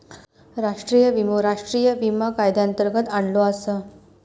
राष्ट्रीय विमो राष्ट्रीय विमा कायद्यांतर्गत आणलो आसा